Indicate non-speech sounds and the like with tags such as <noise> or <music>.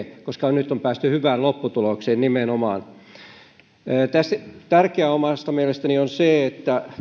<unintelligible> koska nyt on nimenomaan päästy hyvään lopputulokseen tässä on tärkeää omasta mielestäni se että